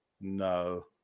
no